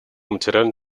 материально